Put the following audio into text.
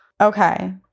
Okay